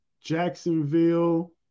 Jacksonville